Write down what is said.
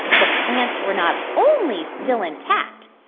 the plants were not only still intact,